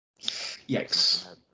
Yikes